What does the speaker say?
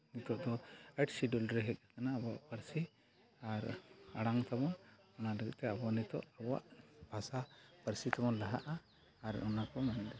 ᱱᱤᱛᱳᱜ ᱫᱚ eight schedule ᱨᱮ ᱦᱮᱡ ᱟᱠᱟᱱᱟ ᱟᱵᱚᱣᱟᱜ ᱯᱟᱹᱨᱥᱤ ᱟᱨ ᱟᱲᱟᱝ ᱛᱟᱵᱚᱱ ᱚᱱᱟ ᱞᱟᱹᱜᱤᱫᱼᱛᱮ ᱟᱵᱚ ᱱᱤᱛᱳᱜ ᱟᱵᱚᱣᱟᱜ ᱵᱷᱟᱥᱟ ᱯᱟᱹᱨᱥᱤ ᱛᱮᱵᱚᱱ ᱞᱟᱦᱟᱜᱼᱟ ᱟᱨ ᱚᱱᱟ ᱠᱚ